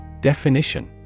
Definition